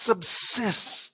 subsist